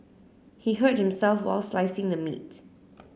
he hurt himself while slicing the meat